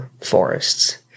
forests